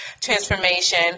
transformation